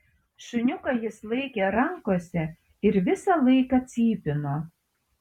šuniuką jis laikė rankose ir visą laiką cypino